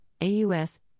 AUS